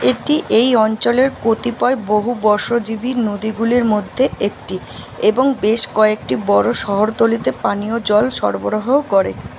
এটি এই অঞ্চলের কতিপয় বহুবর্ষজীবী নদীগুলির মধ্যে একটি এবং বেশ কয়েকটি বড় শহরতলিতে পানীয় জল সরবরাহ করে